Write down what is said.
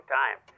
time